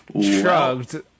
shrugged